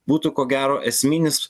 būtų ko gero esminis